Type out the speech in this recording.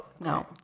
no